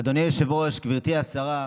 אדוני היושב-ראש, גברתי השרה,